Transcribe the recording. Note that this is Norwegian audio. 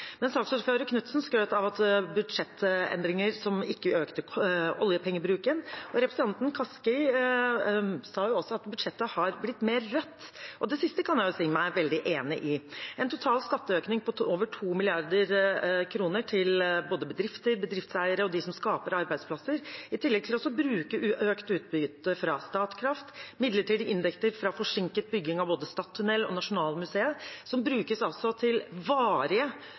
Saksordfører Knutsen skrøt av budsjettendringer som ikke øker oljepengebruken, og representanten Kaski sa at budsjettet har blitt mer rødt. Det siste kan jeg si meg veldig enig i. Det er en total skatteøkning på over 2 mrd. kr til bedrifter, bedriftseiere og dem som skaper arbeidsplasser, i tillegg til at man bruker økt utbytte fra Statkraft og midlertidige inntekter fra forsinket bygging av både Stad skipstunnel og Nasjonalmuseet til varige økninger i faste kostnader, som